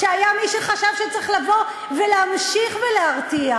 כשהיה מי שחשב שצריך לבוא ולהמשיך ולהרתיע?